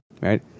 Right